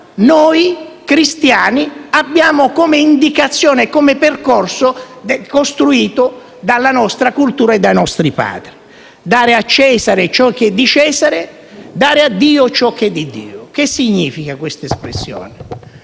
che rispettino le nostre indicazioni ed il percorso costruito dalla nostra cultura e dai nostri padri. «Dare a Cesare ciò che è di Cesare e dare a Dio ciò che è di Dio»: che cosa significa questa espressione?